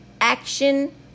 action